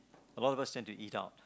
a lot of us tend to eat out